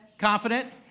confident